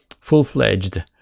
full-fledged